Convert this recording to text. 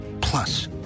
plus